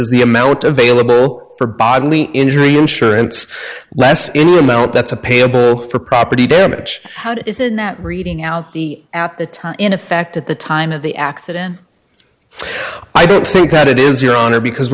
the a melt available for bodily injury insurance less that's a payable for property damage how is it that reading out the at the time in effect at the time of the accident i don't think that it is your honor because